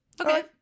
Okay